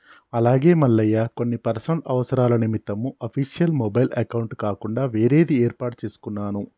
అలాగే మల్లయ్య కొన్ని పర్సనల్ అవసరాల నిమిత్తం అఫీషియల్ మొబైల్ అకౌంట్ కాకుండా వేరేది ఏర్పాటు చేసుకున్నాను